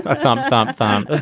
ah thump, thump, thump